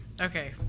Okay